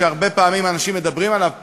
שהרבה פעמים אנשים מדברים עליו פה,